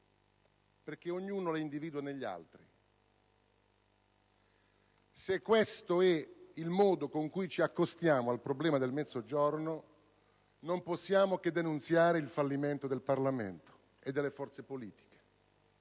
perché ognuno le individua negli altri. Se questo è il modo con cui ci accostiamo al problema del Mezzogiorno non possiamo che denunciare il fallimento del Parlamento e delle forze politiche: